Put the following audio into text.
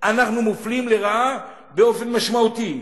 אנחנו מופלים לרעה באופן משמעותי.